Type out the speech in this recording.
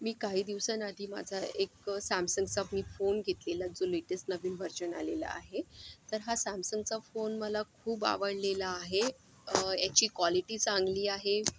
मी काही दिवसांआधी माझा एक सॅमसंगचा मी फोन घेतलेला जो लेटेस्ट नवीन व्हर्जन आलेला आहे तर हा सॅमसंगचा फोन मला खूप आवडलेला आहे अ याची क्वालिटी चांगली आहे